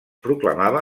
proclamava